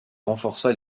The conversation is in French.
renforça